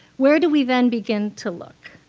where do we then begin to look?